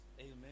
amen